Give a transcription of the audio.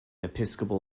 episcopal